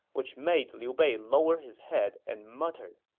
which made liu bei lower his head and mutter